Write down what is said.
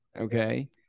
Okay